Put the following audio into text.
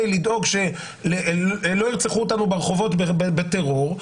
לדאוג שלא ירצחו אותנו ברחובות בטרור,